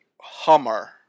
Hummer